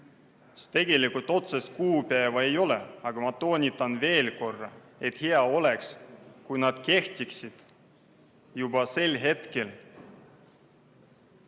siis tegelikult otsest kuupäeva ei ole. Aga ma toonitan veel korra, et hea oleks, kui need kehtiksid juba sel hetkel,